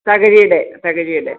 തകഴിയുടെ തകഴിയുടെ